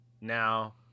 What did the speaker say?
Now